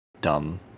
dumb